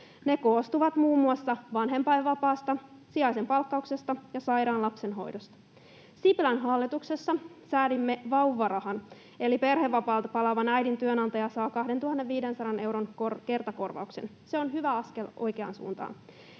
Ne koostuvat muun muassa vanhempainvapaasta, sijaisen palkkauksesta ja sairaan lapsen hoidosta. Sipilän hallituksessa säädimme vauvarahan, eli perhevapaalta palaavan äidin työnantaja saa 2 500 euron kertakorvauksen. Se on hyvä askel oikeaan suuntaan.